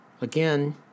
Again